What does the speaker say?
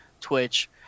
Twitch